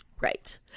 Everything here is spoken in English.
right